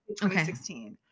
2016